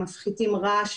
הם מפחיתים רעש,